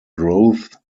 growth